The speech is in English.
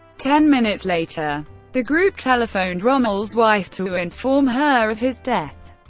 ten minutes later the group telephoned rommel's wife to inform her of his death.